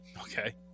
Okay